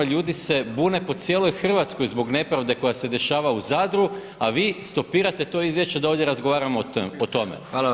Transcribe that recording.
Ljudi se bune po cijeloj Hrvatskoj zbog nepravde koja se dešava u Zadru, a vi stopirate to izvješće da ovdje razgovaramo o tome.